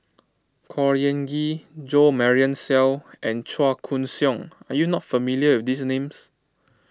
Khor Ean Ghee Jo Marion Seow and Chua Koon Siong are you not familiar with these names